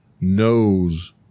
knows